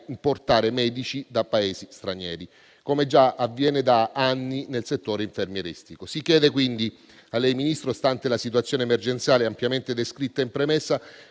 importare medici da Paesi stranieri, come già avviene da anni nel settore infermieristico. Si chiede, quindi, a lei, signor Ministro, stante la situazione emergenziale ampiamente descritta in premessa,